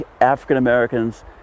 African-Americans